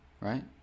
Right